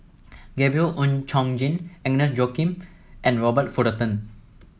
Gabriel Oon Chong Jin Agnes Joaquim and Robert Fullerton